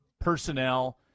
personnel